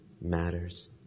matters